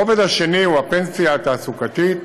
הרובד השני הוא הפנסיה התעסוקתית,